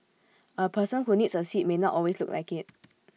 A person who needs A seat may not always look like IT